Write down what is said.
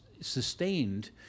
sustained